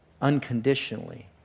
unconditionally